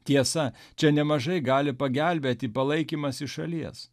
tiesa čia nemažai gali pagelbėti palaikymas iš šalies